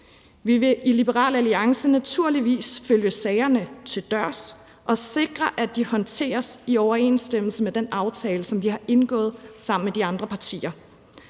Vi vil i Liberal Alliance naturligvis følge sagerne til dørs og sikre, at de håndteres i overensstemmelse med den aftale, som vi har indgået sammen med de andre partier.